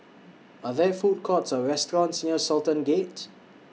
Are There Food Courts Or restaurants near Sultan Gate